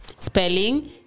Spelling